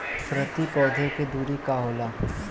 प्रति पौधे के दूरी का होला?